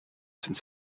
since